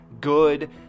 good